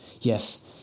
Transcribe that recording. Yes